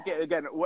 Again